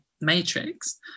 matrix